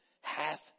half